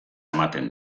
ematen